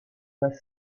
pas